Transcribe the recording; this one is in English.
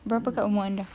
berapakah umur anda